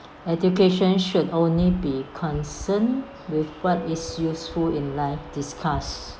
education should only be concerned with what is useful in life discuss